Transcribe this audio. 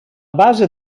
base